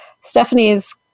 Stephanie's